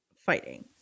fighting